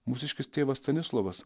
mūsiškis tėvas stanislovas